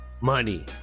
money